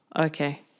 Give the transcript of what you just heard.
Okay